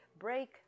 break